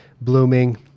blooming